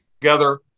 together